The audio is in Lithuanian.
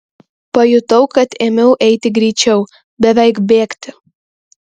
pajutau kad ėmiau eiti greičiau beveik bėgti